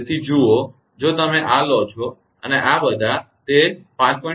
તેથી જુઓ જો તમે આ લો છો અને આ તે બધા 5